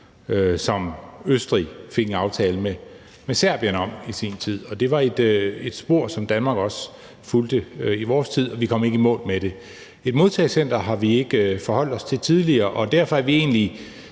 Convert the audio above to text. som Østrig fik en aftale med Serbien om i sin tid, og det var et spor, som Danmark også fulgte i vores tid, og vi kom ikke i mål med det. Et modtagecenter har vi ikke forholdt os til tidligere, og derfor er vi egentlig